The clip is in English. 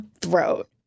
throat